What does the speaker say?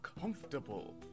comfortable